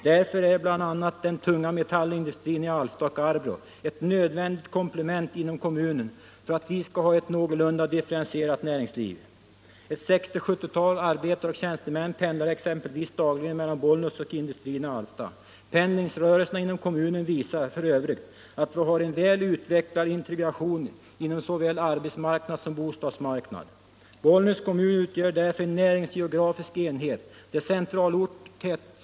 Därför är bl.a. den tunga metallindustrin i Alfta och Arbrå ett nödvändigt komplement inom kommunen för att vi skall ha ett någorlunda differentierat näringsliv. 60-70 arbetare och tjänstemän pendlar exempelvis dagligen mellan Bollnäs och industrierna i Alfta. Pendlingsrörelserna inom kommunen visar f. ö. att vi har en väl utvecklad integration inom såväl arbetssom bostadsmarknaden. Bollnäs kommun utgör därför en näringsgeografisk enhet där den.